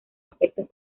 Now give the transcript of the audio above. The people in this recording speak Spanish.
aspectos